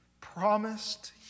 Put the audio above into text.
promised